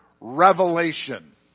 revelation